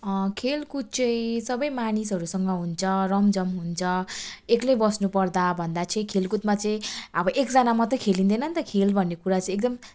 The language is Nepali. खेलकुद चाहिँ सबै मानिसहरूसँग हुन्छ रमझम हुन्छ एक्लै बस्नुपर्दा भन्दा चाहिँ खेलकुदमा चाहिँ अब एकजना मात्रै खेलिँदैन नि त खेल भन्ने कुरा चाहिँ एकदम